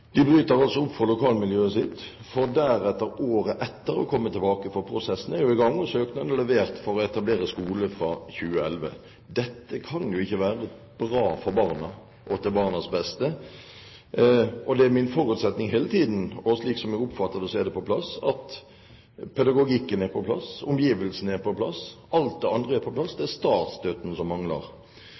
De bryter opp fra lokalmiljøet sitt, for deretter å komme tilbake året etter. Prosessen er jo i gang, og søknaden om å etablere skole fra 2011 er levert. Dette kan ikke være noe bra for barna eller være til barnas beste. Det er min forutsetning hele tiden – og slik som jeg oppfatter det, er det på plass – at pedagogikken er på plass og omgivelsene er på plass. Alt dette andre er på plass, det er statsstøtten som mangler.